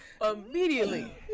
Immediately